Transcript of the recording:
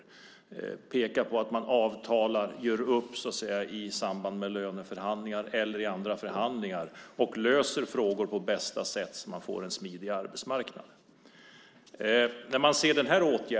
De pekade på att man avtalar, gör upp så att säga, i samband med löneförhandlingar eller i andra förhandlingar och löser frågor på bästa sätt så att man får en smidig arbetsmarknad.